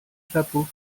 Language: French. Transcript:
chapeau